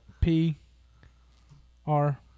P-R